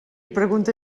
pregunta